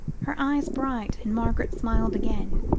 her eyes bright, and margaret smiled again.